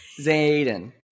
Zayden